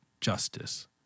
justice